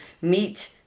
meet